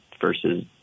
versus